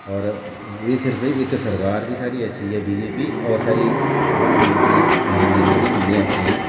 होर एह् सिर्फ इक साढ़ी सरकार बी अच्छी ऐ बीजेपी होर साढ़ी प्रधानमंत्री नरेंद्र मोदी इन्ने अच्छे न